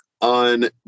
on